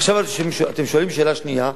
עכשיו אתם שואלים שאלה שנייה,